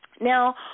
Now